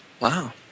Wow